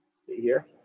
see here?